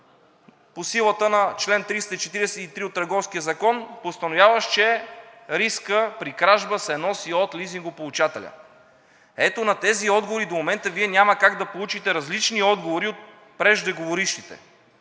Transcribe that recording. по силата на чл. 343 от Търговския закон, постановяващ, че рискът при кражба се носи от лизингополучателя. Ето на тези отговори до момента Вие няма как да получите различни отговори от преждеговорившите.